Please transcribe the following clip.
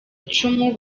icumu